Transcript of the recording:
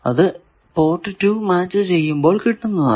അത് port 2 match ചെയ്യുമ്പോൾ കിട്ടുന്നതാണ്